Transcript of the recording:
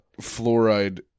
fluoride